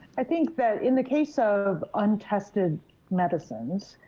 i think that in the case of untested medicines,